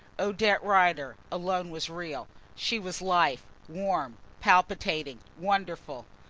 odette rider alone was real. she was life warm, palpitating, wonderful.